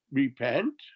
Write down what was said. repent